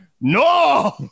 No